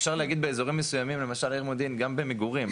אפשר להגיד באזורים מסוימים למשל בעיר מודיעין גם במגורים,